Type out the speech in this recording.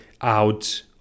out